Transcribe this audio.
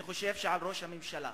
אני חושב שעל ראש הממשלה